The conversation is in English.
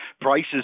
Prices